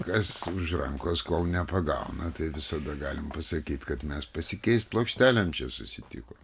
kas už rankos kol nepagauna tai visada galim pasakyti kad mes pasikeist plokštelėm čia susitikom